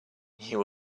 you